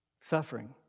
suffering